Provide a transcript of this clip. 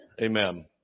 Amen